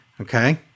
Okay